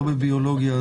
לא בביולוגיה,